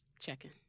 checking